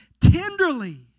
tenderly